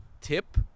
tip